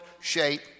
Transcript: shape